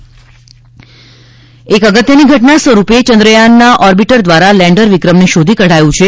ઇસરો એક અગત્ય ની ઘટના સ્વરૂપેયન્દ્રયાન ના ઓરબીટર દ્વારા લેંડર વિક્રમ ને શોધી કઢાંયુ છે